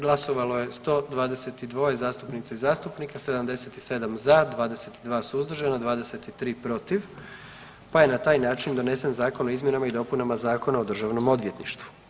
Glasovalo je 122 zastupnica i zastupnika, 77 za, 22 suzdržana, 23 protiv pa je na taj način donesen Zakon o izmjenama i dopunama Zakona o Državnom odvjetništvu.